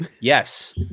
Yes